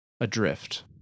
adrift